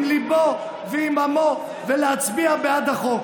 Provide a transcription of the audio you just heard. עם ליבו ועם עמו ולהצביע בעד החוק.